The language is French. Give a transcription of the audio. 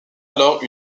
alors